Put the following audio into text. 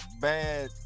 bad